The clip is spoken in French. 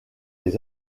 les